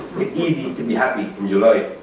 it's easy to be happy in july.